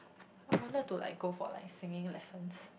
I wanted to like go for like singing lessons